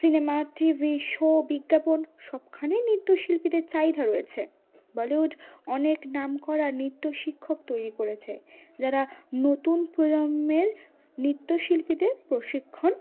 cinema TV show বিজ্ঞাপন সবখানেই নৃত্যশিল্পীদের চাহিদা রয়েছে বলিউড অনেক নামকর নৃত্যশিক্ষক তৈরি করেছে যারা নতুন প্রজন্মের নৃত্যশিল্পীদের প্রশিক্ষণ